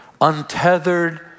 untethered